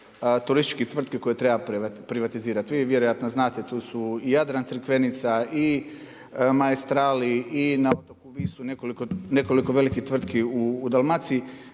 turistički tvrtki koje treba privatizirati. Vi vjerojatno znate, tu su Jadran Crikvenica i Maestral i na otoku Visu nekoliko velikih tvrtki u Dalmaciji,